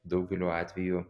daugeliu atvejų